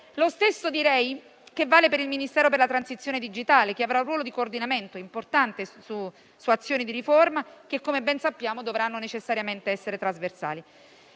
Lo stesso direi che vale per il Ministero per la transizione digitale, che avrà un ruolo di coordinamento importante su azioni di riforma che - come ben sappiamo - dovranno necessariamente essere trasversali.